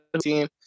team